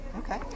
Okay